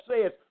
says